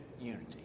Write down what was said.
unity